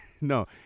no